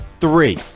Three